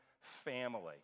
family